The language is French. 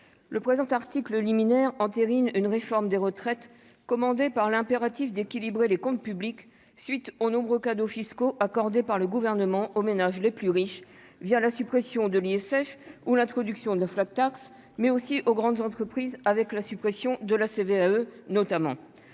Le présent article liminaire entérine une réforme des retraites, commandé par l'impératif d'équilibrer les comptes publics. Suite aux nombreux cadeaux fiscaux accordés par le gouvernement aux ménages les plus riches via la suppression de l'ISF ou l'introduction de la flat tax, mais aussi aux grandes entreprises avec la suppression de la CVAE notamment